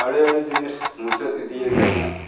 ᱟᱹᱰᱤ ᱟᱹᱰᱤ ᱡᱤᱱᱤᱥ ᱢᱩᱪᱟᱹᱫ ᱤᱫᱤᱭᱟᱠᱟᱱᱟ